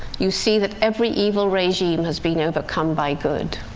you see that every evil regime has been overcome by good.